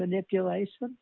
manipulation